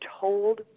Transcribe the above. told